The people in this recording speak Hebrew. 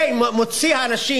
זה מוציא אנשים,